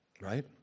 Right